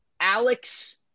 Alex